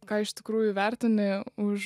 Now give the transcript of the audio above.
ką iš tikrųjų vertini už